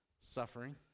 suffering